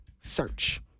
search